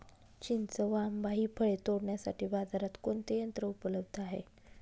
चिंच व आंबा हि फळे तोडण्यासाठी बाजारात कोणते यंत्र उपलब्ध आहे?